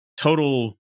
Total